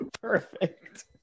Perfect